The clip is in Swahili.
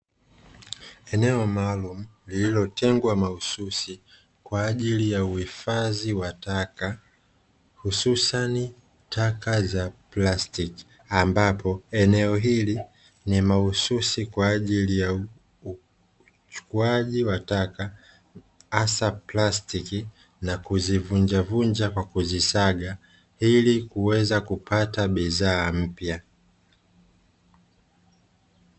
Eneo maalumu lililotengwa mahususi kwa ajili ya uhifadhi wa taka hususani taka za plastiki, ambapo eneo hili ni mahususi kwa ajili ya uchukuaji wa taka hasa plastiki na kuzivunjavunja kwa kuzisaga, ili kuweza kupata bidhaa mpya.